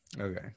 Okay